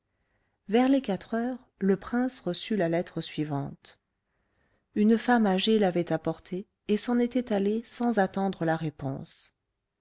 vers les quatre heures le prince reçut la lettre suivante une femme âgée l'avait apportée et s'en était allée sans attendre la réponse